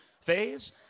phase